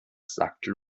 sagte